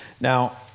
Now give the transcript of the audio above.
Now